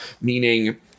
meaning